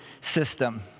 system